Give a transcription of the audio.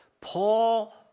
Paul